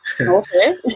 okay